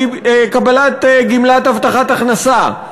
קבלת גמלת הבטחת הכנסה,